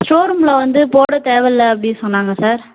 ஷோரூமில் வந்து போட தேவயில்ல அப்படினு சொன்னாங்க சார்